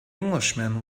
englishman